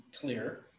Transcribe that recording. clear